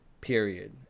period